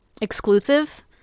exclusive